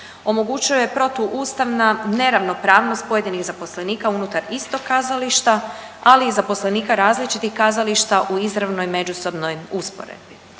omogućuje protuustavna neravnopravnost pojedinih zaposlenika unutar istog kazališta, ali i zaposlenika različitih kazališta u izravnoj međusobnoj usporedbi.